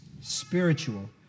spiritual